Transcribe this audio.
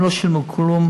הם לא שילמו כלום